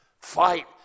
Fight